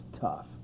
tough